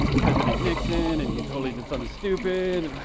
president nixon, and, he totally did something stupid.